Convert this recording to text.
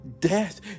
death